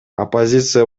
оппозиция